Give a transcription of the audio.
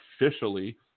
officially